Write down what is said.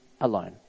alone